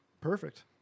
Perfect